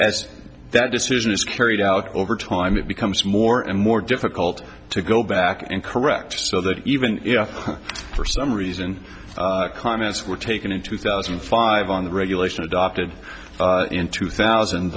as that decision is carried out over time it becomes more and more difficult to go back and correct so that even if for some reason comments were taken in two thousand and five on the regulation adopted in two thousand